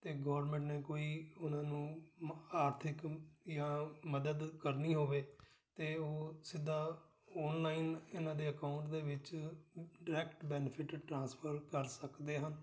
ਅਤੇ ਗੌਰਮੈਂਟ ਨੇ ਕੋਈ ਉਹਨਾਂ ਨੂੰ ਮ ਆਰਥਿਕ ਜਾਂ ਮਦਦ ਕਰਨੀ ਹੋਵੇ ਤਾਂ ਉਹ ਸਿੱਧਾ ਔਨਲਾਈਨ ਇਹਨਾਂ ਦੇ ਅਕਾਊਂਟ ਦੇ ਵਿੱਚ ਡਾਇਰੈਕਟ ਬੈਨੀਫਿਟ ਟ੍ਰਾਂਸਫਰ ਕਰ ਸਕਦੇ ਹਨ